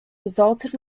resulted